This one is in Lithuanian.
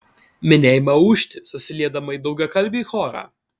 minia ima ūžti susiliedama į daugiakalbį chorą